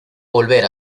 volver